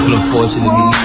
unfortunately